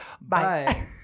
bye